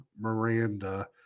Miranda